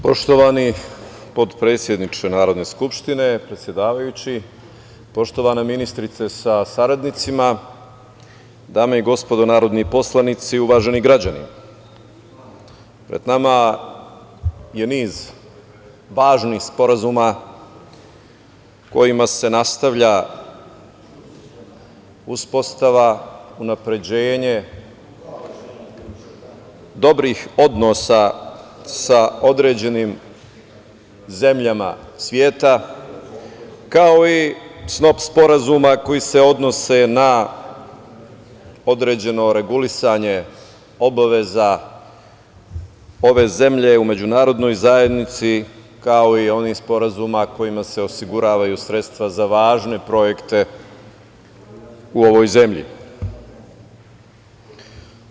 Poštovani potpredsedniče Narodne skupštine, predsedavajući, poštovana ministarko sa saradnicima, dame i gospodo narodni poslanici, uvaženi građani, pred nama je niz važnih sporazuma kojima se nastavlja uspostava, unapređenje dobrih odnosa sa određenim zemljama sveta, kao i snop sporazuma koji se odnose na određeno regulisanje obaveza ove zemlje u međunarodnoj zajednici, kao i onih sporazuma kojima se osiguravaju sredstva za važne projekte u ovoj zemlji.